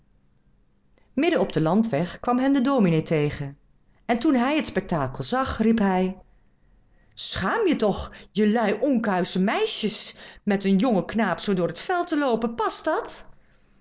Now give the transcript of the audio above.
midden op den landweg kwam hen de dominee tegen en toen hij het spektakel zag riep hij schaamt je toch jelui onkuische meisjes met een jongen knaap zoo door het veld te loopen past je dat